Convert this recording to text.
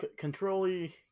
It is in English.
Controlly